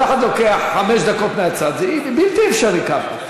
כל אחד לוקח חמש דקות מהצד, זה בלתי אפשרי ככה.